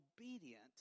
obedient